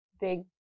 big